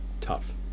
tough